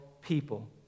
people